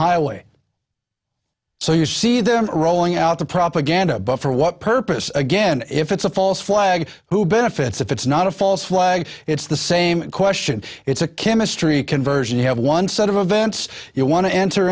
highway so you see them rolling out the propaganda but for what purpose again if it's a false flag who benefits if it's not a false flag it's the same question it's a chemistry conversion you have one set of events you want to enter